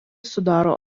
sudaro